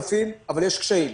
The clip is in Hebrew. ל-3,000 אבל יש קשיים.